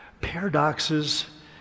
paradoxes